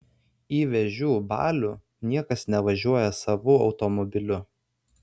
į vėžių balių niekas nevažiuoja savu automobiliu